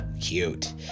cute